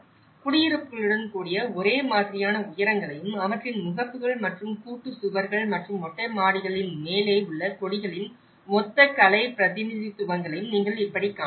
குடியிருப்புகளுடன் கூடிய ஒரே மாதிரியான உயரங்களையும் அவற்றின் முகப்புகள் மற்றும் கூட்டு சுவர்கள் மற்றும் மொட்டை மாடிகளின் மேலே உள்ள கொடிகளின் ஒத்த கலை பிரதிநிதித்துவங்களையும் நீங்கள் இப்படி காணலாம்